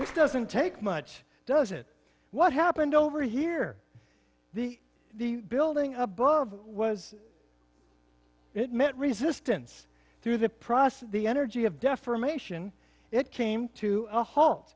fall doesn't take much does it what happened over here the the building above was it met resistance through the process the energy of defamation it came to a halt